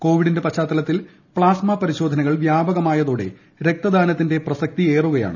കോവിഡിന്റെ പശ്ചാത്തലത്തിൽ പ്ലാസ്മ പരിശോധനകൾ വ്യാപകമായതോടെ രക്തദാനത്തിന്റെ പ്രസക്തിയേറുകയാണ്